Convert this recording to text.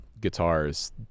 guitars